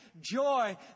joy